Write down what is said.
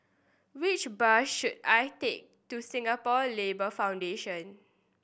which bus should I take to Singapore Labour Foundation